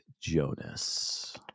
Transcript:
Jonas